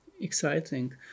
exciting